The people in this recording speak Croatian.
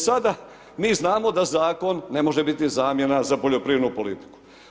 E sada mi znamo da Zakon ne može biti zamjena za poljoprivrednu politiku.